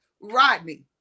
Rodney